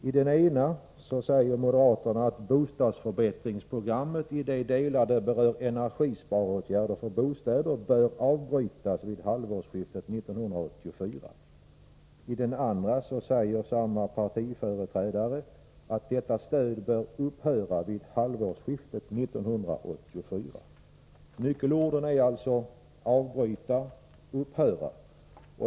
I den ena reservationen — som också en folkpartist har skrivit under — står ”att bostadsförbättringsprogrammet i de delar det berör energisparåtgärder för bostäder bör avbrytas vid halvårsskiftet 1984”. I den andra reservationen står att detta stöd ”bör upphöra vid halvårsskiftet 1984”. Nyckelorden är alltså ”avbryta” och ”upphöra”.